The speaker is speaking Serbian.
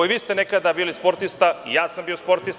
I vi ste nekada bili sportista i ja sam bio sportista.